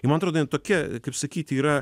ji man atrodo jin tokia kaip sakyt yra